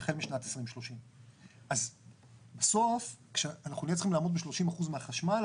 החל משנת 2030. בסוף כשאנחנו נהיה צריכים לעמוד ב-30% מהחשמל,